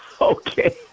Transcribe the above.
Okay